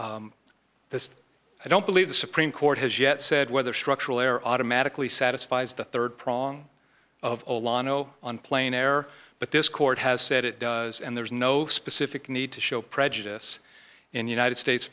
but this i don't believe the supreme court has yet said whether structural error automatically satisfies the rd prong of the law no on plane air but this court has said it does and there's no specific need to show prejudice in the united states